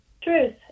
truth